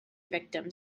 victim